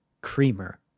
creamer